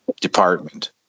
department